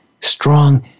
strong